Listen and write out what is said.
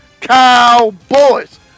Cowboys